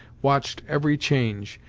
watched every change,